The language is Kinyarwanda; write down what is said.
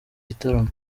gitaramo